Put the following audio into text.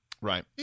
Right